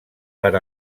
per